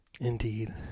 indeed